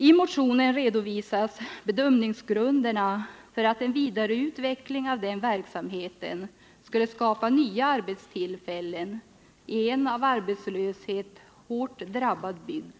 I motionen redovisas bedömningsgrunderna för att en vidareutveckling av denna verksamhet skulle skapa nya arbetstillfällen i en av arbetslöshet hårt drabbad bygd.